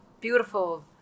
beautiful